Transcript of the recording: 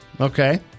Okay